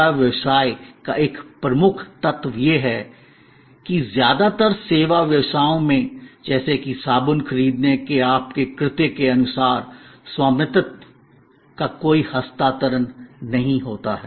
सेवा व्यवसाय का एक प्रमुख तत्व यह है कि ज्यादातर सेवा व्यवसायों मेंजैसे की साबुन खरीदने के आपके कृत्य के अनुसार स्वामित्व का कोई हस्तांतरण नहीं होता है